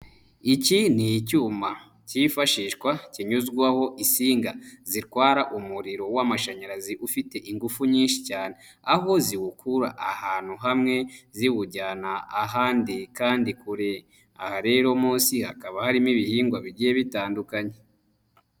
Iki ni icyuma cyifashishwa kinyuzwaho insinga zitwara umuriro w'amashanyarazi ufite ingufu nyinshi cyane, aho ziwukura ahantu hamwe ziwujyana ahandi kandi kure. Aha rero munsi hakaba harimo ibihingwa bigiye bitandukanye.